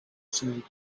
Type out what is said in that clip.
said